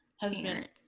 husband